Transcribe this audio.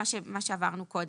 מה שעברנו קודם,